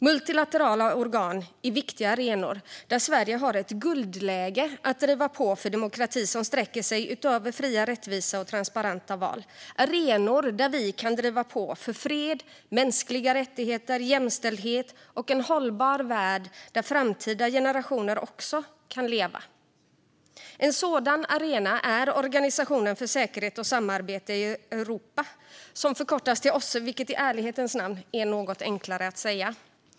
Multilaterala organ är viktiga arenor där Sverige har ett guldläge att driva på för demokrati som sträcker sig utöver fria, rättvisa och transparenta val. Det är arenor där vi kan driva på för fred, mänskliga rättigheter, jämställdhet och en hållbar värld där även framtida generationer kan leva. En sådan arena är Organisationen för säkerhet och samarbete i Europa. Namnet förkortas till OSSE, vilket i ärlighetens namn är något enklare att säga.